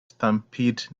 stampede